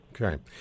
Okay